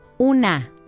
Una